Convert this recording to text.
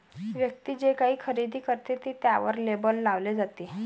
व्यक्ती जे काही खरेदी करते ते त्यावर लेबल लावले जाते